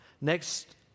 Next